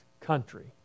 country